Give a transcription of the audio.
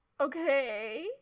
Okay